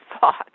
thoughts